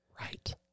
Right